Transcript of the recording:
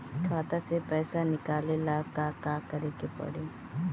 खाता से पैसा निकाले ला का का करे के पड़ी?